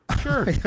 Sure